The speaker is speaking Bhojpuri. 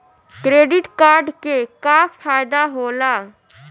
क्रेडिट कार्ड के का फायदा होला?